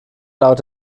laut